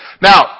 Now